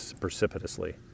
precipitously